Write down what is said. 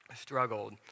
struggled